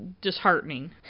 disheartening